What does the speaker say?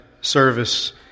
service